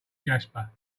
jasper